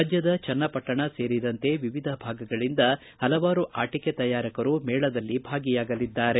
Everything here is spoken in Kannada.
ರಾಜ್ಯದ ಚೆನ್ನಪಟ್ಟಣ ಸೇರಿದಂತೆ ವಿವಿಧ ಭಾಗಗಳಿಂದ ಪಲವಾರು ಆಟಿಕೆ ತಯಾರಕರು ಮೇಳದಲ್ಲಿ ಭಾಗಿಯಾಗಲಿದ್ದಾರೆ